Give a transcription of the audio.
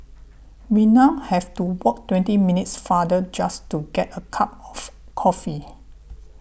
we now have to walk twenty minutes farther just to get a cup of coffee